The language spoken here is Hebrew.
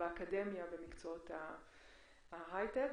באקדמיה ובמקצועות ההיי-טק.